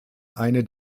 eine